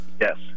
Yes